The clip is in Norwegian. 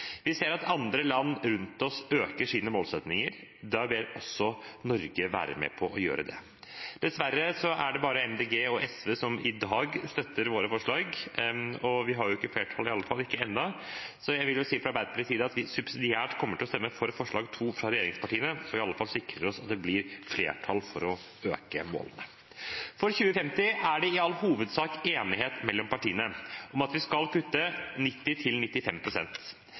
Vi ser at andre land rundt oss øker sine målsettinger, og da bør også Norge være med på å gjøre det. Dessverre er det bare Miljøpartiet De Grønne og SV som i dag støtter våre forslag, og vi har jo ikke flertall – iallfall ikke ennå – så da vil jeg si at vi fra Arbeiderpartiets side subsidiært kommer til å stemme for forslag nr. 2, fra regjeringspartiene, så vi iallfall sikrer oss at det blir flertall for å øke målene. For 2050 er det i all hovedsak enighet mellom partiene om at vi skal kutte